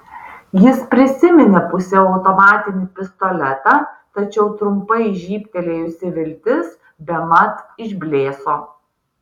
jis prisiminė pusiau automatinį pistoletą tačiau trumpai žybtelėjusi viltis bemat išblėso